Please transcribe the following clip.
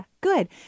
good